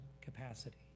capacity